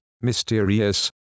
mysterious